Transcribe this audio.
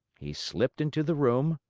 he slipped into the room,